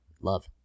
Love